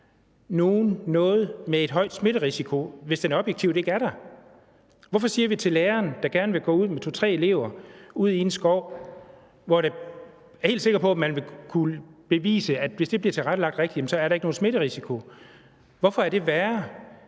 nogen noget med en høj smitterisiko, hvis den objektivt ikke er der? Hvorfor siger vi til læreren, der gerne vil gå ud med 2-3 elever i en skov – hvor jeg er helt sikker på at man vil kunne bevise at der ikke nogen smitterisiko, hvis det bliver